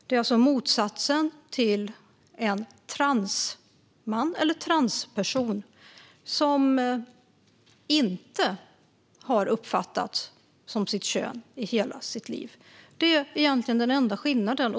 Det är alltså motsatsen till en transman eller transperson, som inte har uppfattas som sitt kön i hela sitt liv. Det är egentligen den enda skillnaden.